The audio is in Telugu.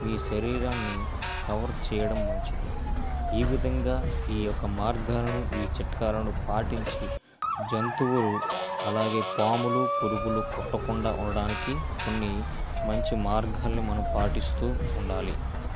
మీ శరీరాన్ని కవర్ చేయడం మంచిది ఈ విధంగా ఈ యొక్క మార్గాలను ఈ చిట్కాలను పాటించి జంతువులు అలాగే పాములు పురుగులు కుట్టకుండా ఉండడానికి కొన్ని మంచి మార్గాల్ని మనం పాటిస్తూ ఉండాలి